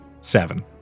Seven